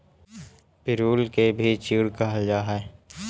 पिरुल के भी चीड़ कहल जा हई